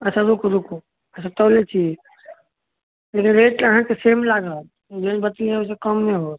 अच्छा रुकू रुकू अच्छा तौलै छी रेट अहाँके सेम लागत जे बतियै ओहिसे कम नहि होयत